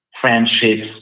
friendships